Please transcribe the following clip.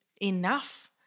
enough